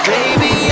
Baby